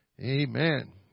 Amen